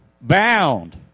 Bound